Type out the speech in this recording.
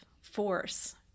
force